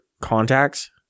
contacts